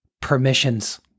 permissions